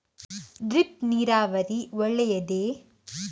Drip ನೀರಾವರಿ ಒಳ್ಳೆಯದೇ?